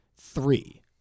three